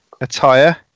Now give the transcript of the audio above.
attire